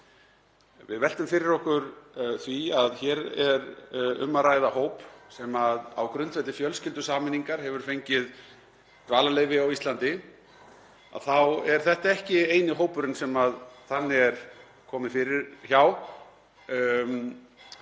við veltum því fyrir okkur að hér er um að ræða hóp sem á grundvelli fjölskyldusameiningar hefur fengið dvalarleyfi á Íslandi þá er þetta ekki eini hópurinn sem þannig er komið fyrir hjá